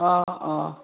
অঁ অঁ